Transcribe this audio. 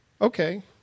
Okay